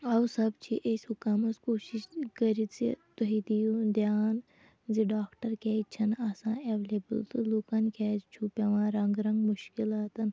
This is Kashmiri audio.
اوسَب چھِ أسۍ حُکامَس کوٗشِش کٔرِتھ زِ تُہۍ دِیُو دھیٛان زِ ڈاکٹَر کیٛازِ چھِنہٕ آسان ایٚولیبٕل تہٕ لوٗکَن کیٛازِ چھُ پیٚوان رَنٛگہٕ رَنٛگہٕ مُشکِلاتَن